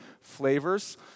flavors